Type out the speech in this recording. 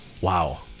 wow